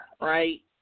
right